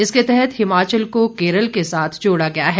इसके तहत हिमाचल को केरल के साथ जोड़ा गया है